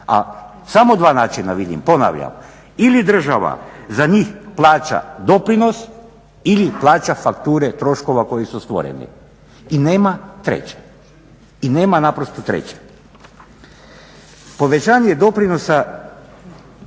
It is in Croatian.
A samo dva načina vidim. Ponavljam ili država za njih plaća doprinos ili plaća fakture troškova koji su stvoreni i nema treće i nema naprosto treće. Povećanje doprinosa